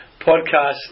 podcast